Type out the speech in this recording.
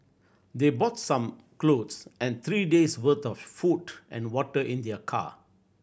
they brought some clothes and three days' worth of food and water in their car